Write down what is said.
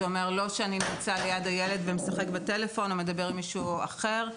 זה אומר לא שאני נמצא ליד הילד ומשחק בטלפון או מדבר עם מישהו אחר.